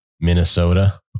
Minnesota